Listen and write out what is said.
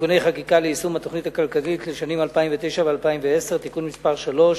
(תיקוני חקיקה ליישום התוכנית הכלכלית לשנים 2009 ו-2010) (תיקון מס' 3)